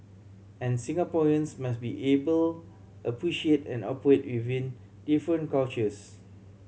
and Singaporeans must be able appreciate and operate within different cultures